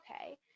okay